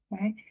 Right